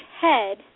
head